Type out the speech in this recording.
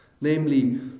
Namely